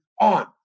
on